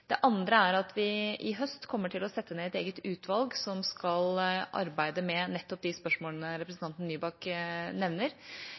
Det andre er at vi til høsten vil sette ned et eget utvalg som skal arbeide med nettopp de spørsmålene